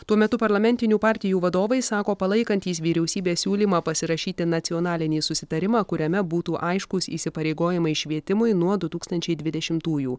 tuo metu parlamentinių partijų vadovai sako palaikantys vyriausybės siūlymą pasirašyti nacionalinį susitarimą kuriame būtų aiškūs įsipareigojimai švietimui nuo du tūkstančiai dvidešimtųjų